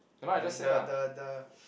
like the the the